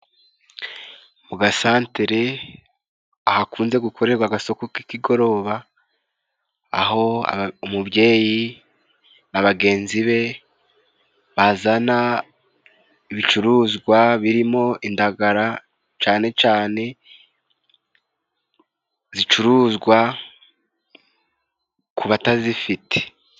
Mu gasantere hakunze gukorerwa agasoko k'ikigoroba, aho umubyeyi na bagenzi be bazana ibicuruzwa birimo indagara cane cane zicuruzwa ku batazifite.